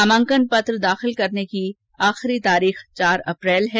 नामांकन पत्र दाखिल करने की अंतिम तारीख चार अप्रैल है